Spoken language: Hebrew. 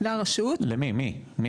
למי?